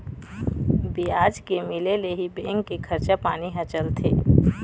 बियाज के मिले ले ही बेंक के खरचा पानी ह चलथे